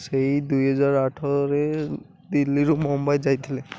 ସେଇ ଦୁଇହଜାର ଆଠରେ ଦିଲ୍ଲୀରୁ ମୁମ୍ବାଇ ଯାଇଥିଲେ